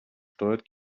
steuert